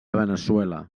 veneçuela